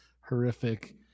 horrific